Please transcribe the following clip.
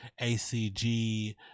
ACG